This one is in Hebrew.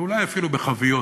ואולי אפילו בחביות,